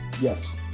Yes